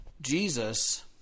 Jesus